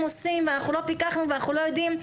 עושים ואנחנו לא פיקחנו ואנחנו לא יודעים.